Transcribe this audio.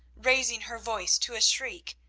raising her voice to a shriek,